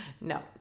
No